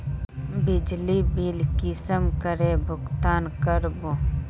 बिजली बिल कुंसम करे भुगतान कर बो?